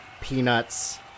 peanuts